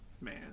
man